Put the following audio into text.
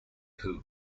who